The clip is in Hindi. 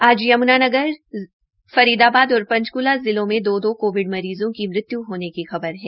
आज यम्नानगर फरीदाबाद और पंचकूला जिलों में दो दो कोविड मरीजों की मृत्य् होने की खबर है